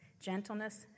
gentleness